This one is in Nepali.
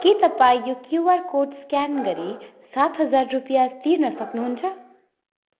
के तपाईँ यो क्युआर कोड स्क्यान गरी सात हजार रुपियाँ तिर्न सक्नुहुन्छ